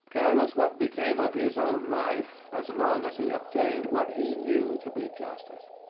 careless what became of his own life, as long as he obtained what he knew to be justice.